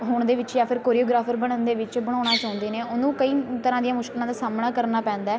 ਹੋਣ ਦੇ ਵਿੱਚ ਜਾਂ ਫਿਰ ਕੋਰੀਓਗ੍ਰਾਫਰ ਬਣਨ ਦੇ ਵਿੱਚ ਬਣਾਉਣਾ ਚਾਹੁੰਦੇ ਨੇ ਉਹਨੂੰ ਕਈ ਤਰ੍ਹਾਂ ਦੀਆਂ ਮੁਸ਼ਕਿਲਾਂ ਦਾ ਸਾਹਮਣਾ ਕਰਨਾ ਪੈਂਦਾ